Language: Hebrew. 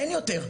אין יותר.